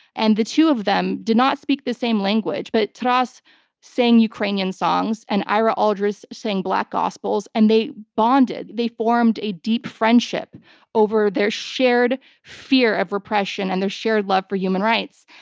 and the two of them did not speak the same language, but taras sang ukrainian songs and ira aldridge sang black gospels and they bonded. they formed a deep friendship over their shared fear of repression and their shared love for human rights.